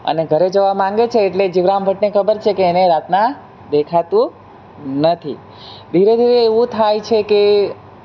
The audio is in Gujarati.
અને ઘરે જવા માંગે છે એટલે જીવરામ ભટ્ટને ખબર છે કે એને રાતના દેખાતું નથી ધીરે ધીરે એવું થાય છે કે